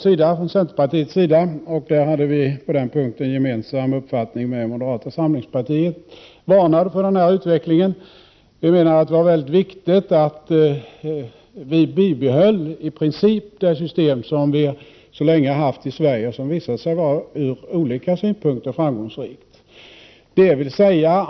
Viicenterpartiet— och på den punkten hade vi gemensam uppfattning med moderata samlingspartiet — varnade för denna utveckling. Vi menade att det var mycket viktigt att det system som gällt så länge i Sverige, som från olika synpunkter visat sig vara framgångsrikt, i princip skulle behållas.